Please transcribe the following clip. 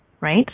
right